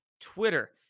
twitter